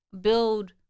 build